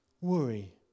worry